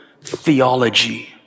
theology